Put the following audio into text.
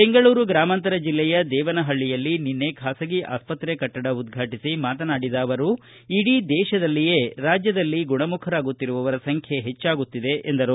ಬೆಂಗಳೂರು ಗ್ರಾಮಾಂತರ ಜಿಲ್ಲೆಯ ದೇವನಹಳ್ಳಿಯಲ್ಲಿ ನಿನ್ನೆ ಖಾಸಗಿ ಆಸ್ಪತ್ರೆ ಕಟ್ಟಡ ಉದ್ವಾಟಿಸಿ ಮಾತನಾಡಿದ ಅವರು ಇಡೀ ದೇಶದಲ್ಲಿಯೇ ರಾಜ್ಯದಲ್ಲಿ ಗುಣಮುಖರಾಗುತ್ತಿರುವವರ ಸಂಖ್ಯೆ ಹೆಚ್ಚಾಗುತ್ತಿದೆ ಎಂದರು